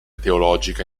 teologica